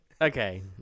Okay